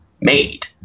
made